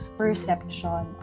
perception